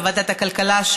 בוועדת הכלכלה,